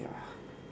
ya